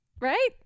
right